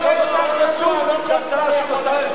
השר ארדן, זה השר הרשום.